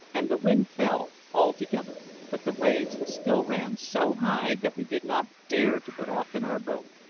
and the wind fell altogether but the waves still ran so high that we did not dare to put off in our boat.